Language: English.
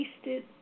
tasted